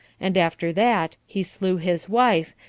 and after that he slew his wife,